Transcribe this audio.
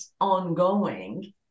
ongoing